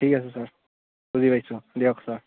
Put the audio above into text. ঠিক আছে ছাৰ বুজি পাইছোঁ দিয়ক ছাৰ